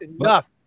enough